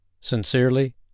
Sincerely